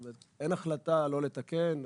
אין החלטה לא לתקן.